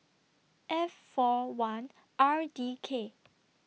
F four one R D K